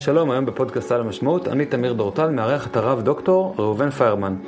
שלום, היום בפודקאסט של המשמעות, אני תמיר דורטל, מארח את הרב דוקטור ראובן פיירמן.